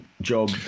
job